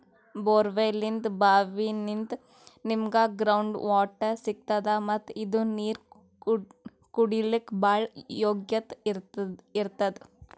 ಬೋರ್ವೆಲ್ನಿಂತ್ ಭಾವಿನಿಂತ್ ನಮ್ಗ್ ground water ಸಿಗ್ತದ ಮತ್ತ್ ಇದು ನೀರ್ ಕುಡ್ಲಿಕ್ಕ್ ಭಾಳ್ ಯೋಗ್ಯ್ ಇರ್ತದ್